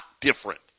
different